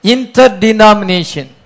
Interdenomination